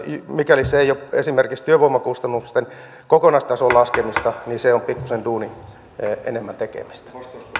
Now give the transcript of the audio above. mikäli se ei ole esimerkiksi työvoimakustannusten kokonaistason laskemista niin se on pikkuisen enemmän duunin tekemistä